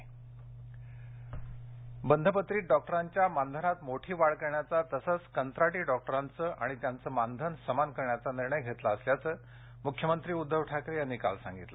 मुख्यमंत्री डॉक्टर्स बंधपत्रित डॉक्टरांच्या मानधनात मोठी वाढ करण्याचा तसेच कंत्राटी डॉक्टरांचं आणि त्यांचे मानधन समान करण्याचा निर्णय घेतला असल्याचं मुख्यमंत्री उद्दव ठाकरे यांनी काल जाहीर केले